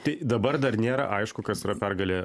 tai dabar dar nėra aišku kas yra pergalė